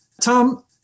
Tom